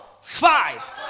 five